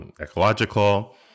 ecological